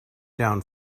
down